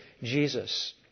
Jesus